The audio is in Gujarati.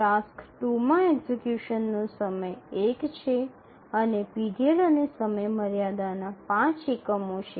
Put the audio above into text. ટાસ્ક ૨ માં એક્ઝિકયુશનનો સમય ૧ છે અને પીરિયડ અને સમયમર્યાદાના ૫ એકમો છે